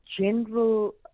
general